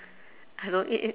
I don't eat it